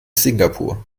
singapur